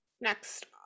Next